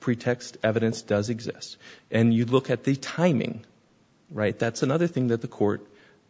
pretext evidence does exist and you look at the timing right that's another thing that the court